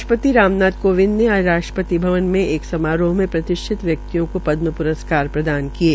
राष्ट्रपति राम नाथ कोविंद ने आज राष्ट्रपति भवन में एक समारोह में प्रतिष्ठित व्यक्तियों को पदम प्रस्कार प्रदान किये